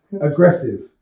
Aggressive